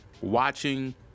watching